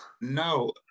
No